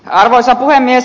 arvoisa puhemies